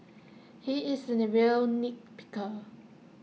he is A real nit picker